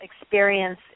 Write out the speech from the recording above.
experience